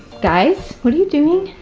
guys, what are you doing?